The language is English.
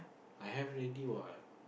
I have already what